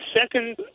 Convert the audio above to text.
Second